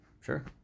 sure